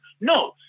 No